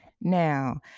Now